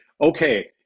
okay